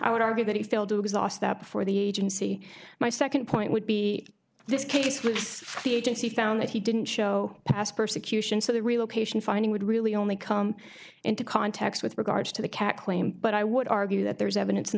i would argue that if they'll do exhaust that before the agency my second point would be this case with the agency found that he didn't show past persecution so the relocation finding would really only come into context with regards to the cat claim but i would argue that there is evidence